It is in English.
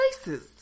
places